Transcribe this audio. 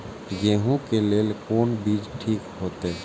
गेहूं के लेल कोन बीज ठीक होते?